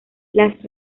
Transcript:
las